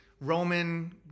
Roman